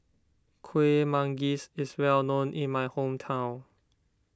Kueh Manggis is well known in my hometown